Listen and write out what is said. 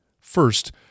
First